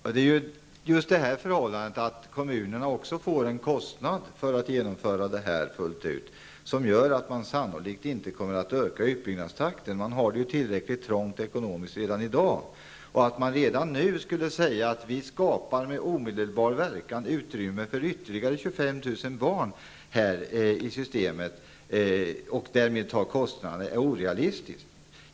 Fru talman! Det är just det förhållandet att det uppstår en kostnad för kommunerna att genomföra detta system fullt ut som gör att man sannolikt inte kommer att utöka utbyggnadstakten. Kommunerna har det i dag tillräckligt trångt ekonomiskt. Det är orealistiskt att kommunerna redan nu med omedelbar verkan skulle kunna skapa utrymme för ytterligare 25 000 barn i systemet och därmed ta ansvar för kostnaden.